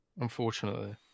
unfortunately